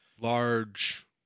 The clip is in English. large